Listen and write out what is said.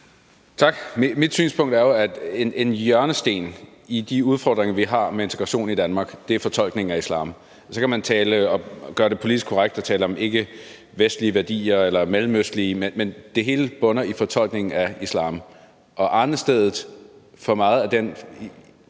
Tak. Mit synspunkt er jo, at en hjørnesten i de udfordringer, vi har med integration i Danmark, er fortolkningen af islam. Så kan man gøre det politisk korrekt og tale om ikkevestlige eller mellemøstlige værdier, men det hele bunder i fortolkningen af islam. Og arnestedet for meget af den